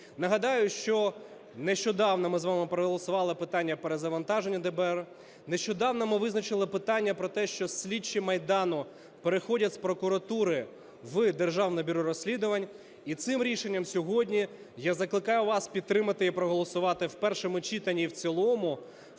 Нагадаю, що нещодавно ми з вами проголосували питання перезавантаження ДБР. Нещодавно ми визначили питання про те, що слідчі Майдану переходять з прокуратури в Державне бюро розслідувань і цим рішенням сьогодні я закликаю вас підтримати і проголосувати в першому читанні і в цілому в